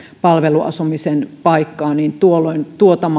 palveluasumisen paikkaa niin tuolloin